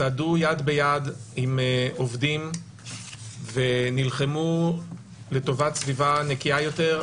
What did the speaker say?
צעדו יד ביד עם עובדים ונלחמו לטובת סביבה נקייה יותר.